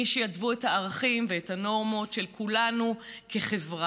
מי שיתוו את הערכים ואת הנורמות של כולנו כחברה.